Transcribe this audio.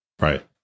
Right